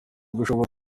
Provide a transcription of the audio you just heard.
gushora